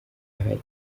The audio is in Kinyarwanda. ahari